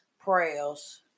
prayers